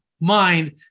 mind